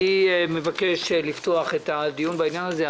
אני מבקש לפתוח את הדיון בעניין הזה.